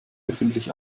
öffentlich